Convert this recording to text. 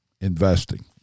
investing